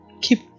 Keep